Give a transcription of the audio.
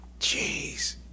jeez